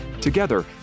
Together